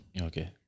Okay